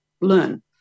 learn